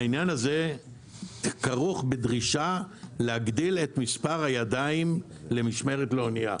העניין הזה כרוך בדרישה להגדיל את מספר הידיים למשמרת לאנייה.